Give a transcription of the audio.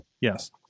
Yes